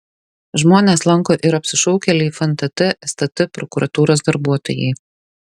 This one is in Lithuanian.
žmones lanko ir apsišaukėliai fntt stt prokuratūros darbuotojai